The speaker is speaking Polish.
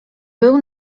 był